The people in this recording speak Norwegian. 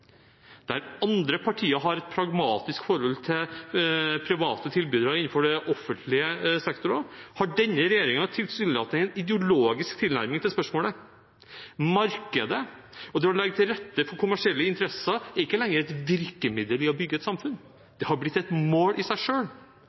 Der andre partier har et pragmatisk forhold til private tilbydere innenfor offentlig sektor, har denne regjeringen tilsynelatende en ideologisk tilnærming til spørsmålet. Markedet og det å legge til rette for kommersielle interesser er ikke lenger et virkemiddel for å bygge et samfunn. Det er blitt et mål i seg